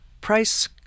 price